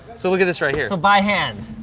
so look at this right here. so by hand.